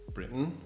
Britain